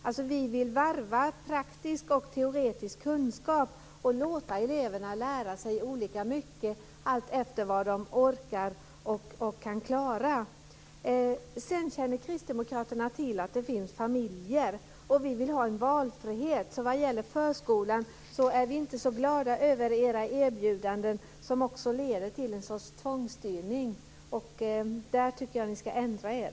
Vi vill varva praktisk och teoretisk kunskap och låta eleverna lära sig olika mycket alltefter vad de orkar och kan klara. Sedan känner kristdemokraterna till att det finns familjer. Vi vill ha en valfrihet. Vad gäller förskolan är vi inte så glada över era erbjudanden, som också leder till en sorts tvångsstyrning. Där tycker jag att ni ska ändra er.